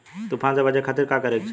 तूफान से बचे खातिर का करे के चाहीं?